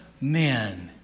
men